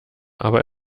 aber